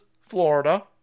florida